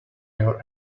your